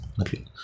Okay